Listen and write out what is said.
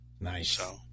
Nice